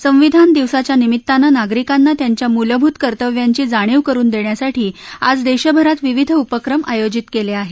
संविधान दिवसाच्या निमित्तानं नागरिकांना त्यांच्या मूलभूत कर्तव्यांची जाणीव करुन देण्यासाठी आज देशभरात विविध उपक्रम आयोजित केले आहेत